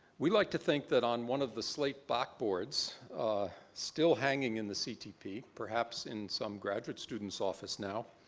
we'd like to think that on one of the slate blackboards still hanging in the ctp, perhaps in some graduate student's office now,